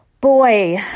Boy